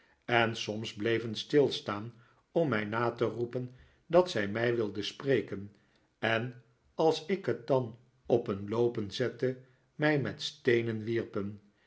en soms bleven stilstaan om mij na te rbepen dat zij mij wilden spreken en als ik het dan op een loopen zette mij met steenen wierpen